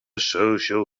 social